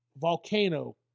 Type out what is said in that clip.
Volcano